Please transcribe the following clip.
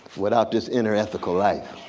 without this inner-ethical life,